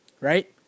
right